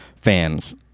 Fans